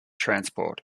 transport